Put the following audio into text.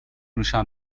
میشم